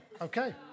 Okay